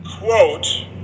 quote